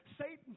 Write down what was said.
Satan